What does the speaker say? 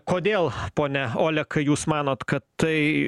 kodėl pone olekai jūs manot kad tai